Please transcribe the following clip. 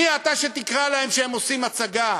מי אתה שתקרא להם שהם עושים הצגה?